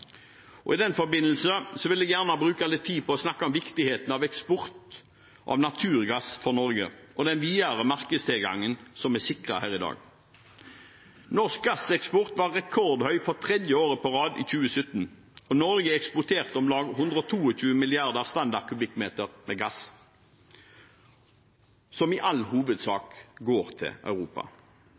I den forbindelse vil jeg gjerne bruke litt tid på å snakke om viktigheten for Norge av eksport av naturgass, og den videre markedstilgangen som vi sikrer her i dag. Norsk gasseksport var rekordhøy for tredje år på rad i 2017. Norge eksporterte om lag 122 milliarder standard kubikkmeter med gass, som i all hovedsak går til Europa.